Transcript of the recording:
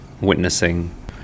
witnessing